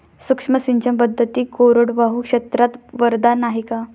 सूक्ष्म सिंचन पद्धती कोरडवाहू क्षेत्रास वरदान आहे का?